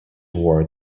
war